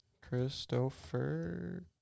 Christopher